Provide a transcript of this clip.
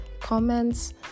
comments